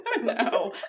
No